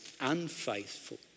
unfaithful